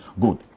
good